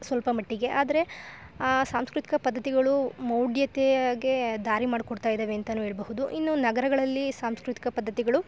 ಸ್ವಲ್ಪ ಮಟ್ಟಿಗೆ ಆದ್ರೆ ಸಾಂಸ್ಕ್ರುತಿಕ ಪದ್ದತಿಗಳು ಮೌಡ್ಯತೇಗೆ ದಾರಿ ಮಾಡ್ಕೊಡ್ತಾ ಇದಾವೆ ಅಂತಾನು ಏಳ್ಬಹುದು ಇನ್ನು ನಗರಗಳಲ್ಲಿ ಸಾಂಸ್ಕ್ರುತಿಕ ಪದ್ದತಿಗಳು